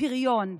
הפריון,